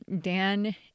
Dan